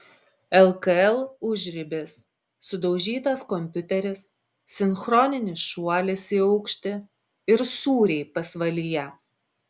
lkl užribis sudaužytas kompiuteris sinchroninis šuolis į aukštį ir sūriai pasvalyje